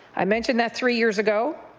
i mentioned that three years ago,